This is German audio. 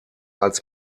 als